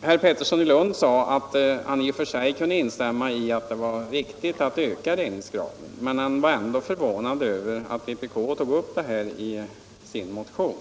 Herr Pettersson i Lund sade att han i och för sig kunde instämma i att det var riktigt att öka reningsgraden, men han var ändå förvånad över att vpk tog upp den frågan i sin motion.